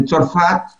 בצרפת יש